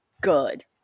good